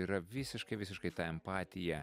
yra visiškai visiškai ta empatija